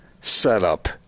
setup